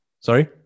Sorry